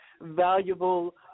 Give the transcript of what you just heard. valuable